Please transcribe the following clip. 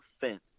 fence